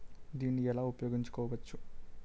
దీన్ని ఎలా ఉపయోగించు కోవచ్చు?